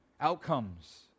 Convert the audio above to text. outcomes